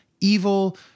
evil